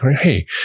hey